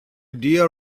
dear